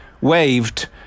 waved